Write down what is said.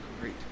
great